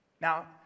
Now